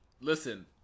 listen